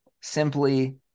simply